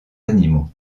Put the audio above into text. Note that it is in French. animaux